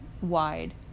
wide